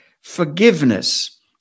forgiveness